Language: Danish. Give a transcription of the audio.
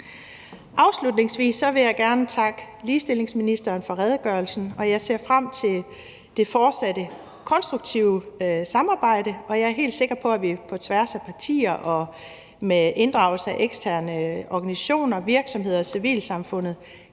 Afslutningsvis vil jeg gerne takke ligestillingsministeren for redegørelsen, og jeg ser frem til det fortsatte konstruktive samarbejde, og jeg er helt sikker på, at vi på tværs af partier og med inddragelse af eksterne organisationer, virksomheder og civilsamfund